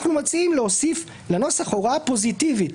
אנחנו מציעים להוסיף לנוסח הוראה פוזיטיבית